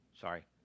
Sorry